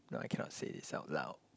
no I cannot say this out loud